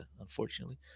unfortunately